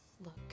Look